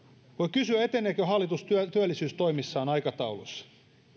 kysyä eteneekö hallitus työllisyystoimissaan aikataulussa